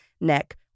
neck